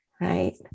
right